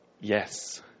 Yes